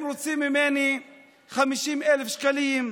הם רוצים ממני 50,000 שקלים.